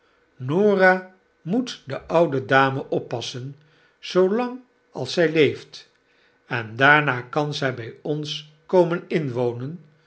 norah moet de oude dame oppassen zoolang als zij leeft en daarna kan zy by ons komen inwonen